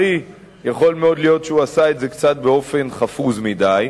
יכול מאוד להיות שהוא עשה את זה קצת באופן חפוז מדי,